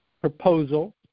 proposal